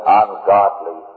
ungodly